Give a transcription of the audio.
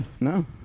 No